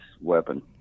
weapon